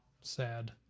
sad